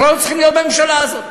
בכלל לא צריכים להיות בממשלה הזאת.